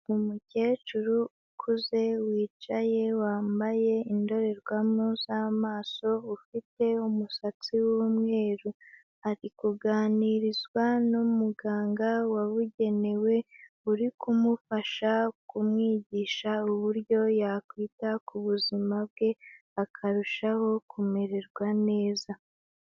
Umukecuru ukuze wicaye wambaye indorerwamo z'amaso, ufite umusatsi w'umweru; ari kuganirizwa n' umuganga wabugenewe, uri kumufasha kumwigisha uburyo yakwita ku buzima bwe, akarushaho kumererwa neza.